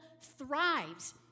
thrives